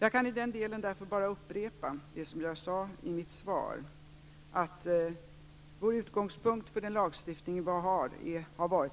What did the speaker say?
Jag kan i den delen därför bara upprepa det som jag sade i mitt svar, att vår utgångspunkt för den lagstiftning vi har är